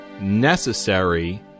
necessary